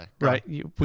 Right